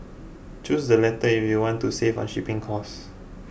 choose the latter if you want to save on shipping cost